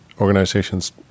organizations